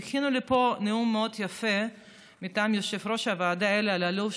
הכינו לי פה נאום מאוד יפה מטעם יושב-ראש הוועדה אלי אלאלוף,